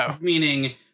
Meaning